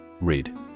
Read